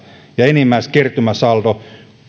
ja enimmäiskertymäsaldo kuusikymmentä